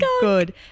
good